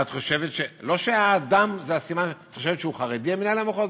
ואת חושבת שהוא חרדי, מנהל המחוז?